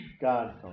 God